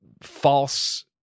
false